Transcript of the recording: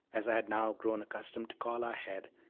as i had now grown accustomed to call our head,